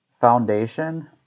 foundation